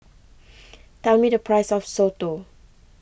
tell me the price of Soto